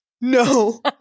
No